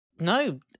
no